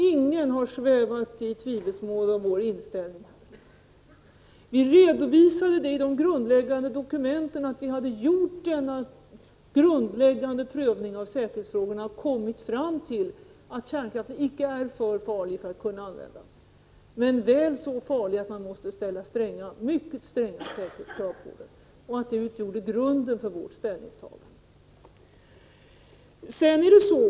Ingen har svävat i tvivelsmål om vår inställning. Vi redovisade i de grundläggande dokumenten att vi hade gjort en noggrann prövning av säkerhetsfrågorna och kommit fram till att kärnkraften icke är för farlig att kunna användas men väl så farlig att man måste ställa mycket stränga krav på den. Det utgjorde grunden för vårt ställningstagande.